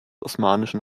osmanischen